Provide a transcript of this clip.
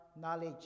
knowledge